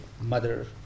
mother